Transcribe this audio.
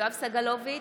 יואב סגלוביץ'